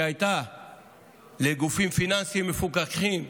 שהייתה לגופים פיננסיים מפוקחים,